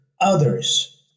others